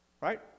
right